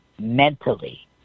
mentally